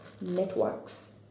networks